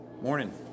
Morning